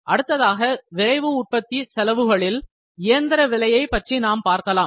அடுத்ததாக விரைவு உற்பத்தி செலவுகளில் இயந்திர விலையைப் பற்றி நாம் பார்க்கலாம்